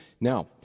Now